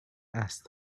asked